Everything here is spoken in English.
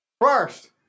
First